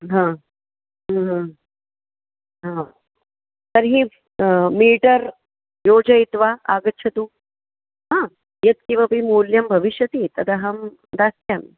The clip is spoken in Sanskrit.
हा हा तर्हि मीटर् योजयित्वा आगच्छतु हा यत् किमपि मूल्यं भविष्यति तदहं दास्यामि